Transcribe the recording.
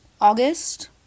August